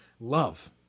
love